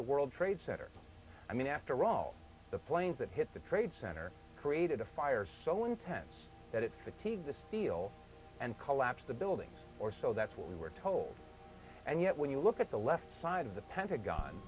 the world trade center i mean after all the planes that hit the trade center created a fire so intense that it would take the steel and collapse of the buildings or so that's what we were told and yet when you look at the left side of the pentagon